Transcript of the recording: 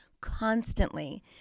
constantly